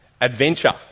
adventure